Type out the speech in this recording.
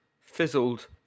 fizzled